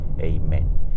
Amen